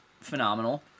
phenomenal